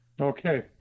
Okay